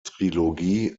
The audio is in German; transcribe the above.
trilogie